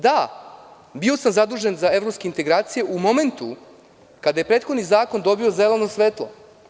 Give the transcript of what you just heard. Da, bio sam zadužen za evropske integracije u momentu kada je prethodni zakon dobio zeleno svetlo.